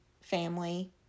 family